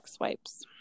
wipes